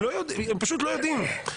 הם פשוט לא יודעים.